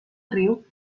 riu